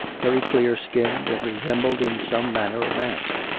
very clear-skinned, and resembled in some manner a mask.